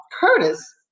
Curtis